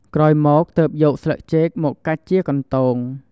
ក្រោយមកទើបយកស្លឹកចេកមកកាច់ជាកន្ទោង។